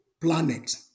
planet